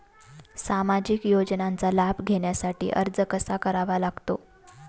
सामाजिक योजनांचा लाभ घेण्यासाठी अर्ज कसा करावा लागतो?